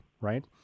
right